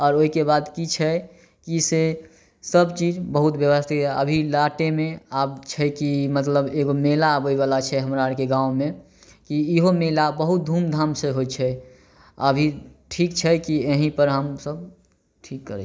आओर ओहिके बाद कि छै कि से सबचीज बहुत व्यवस्थित अभी लाटेमे आब छै की मतलब एगो मेला आबै बला छै हमरा अर के गाँव मे कि ईहो मेला बहुत धूमधाम से होइ छै अभी ठीक छै कि एहि पर हमसब ठीक करै